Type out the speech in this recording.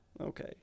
Okay